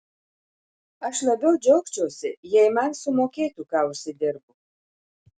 aš labiau džiaugčiausi jei man sumokėtų ką užsidirbu